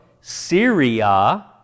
Syria